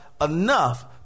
enough